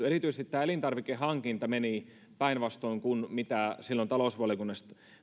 erityisesti tämä elintarvikehankinta meni päinvastoin kuin mitä silloin talousvaliokunnassa